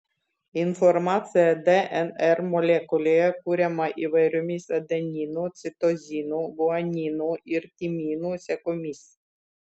informacija dnr molekulėje kuriama įvairiomis adeninų citozinų guaninų ir timinų sekomis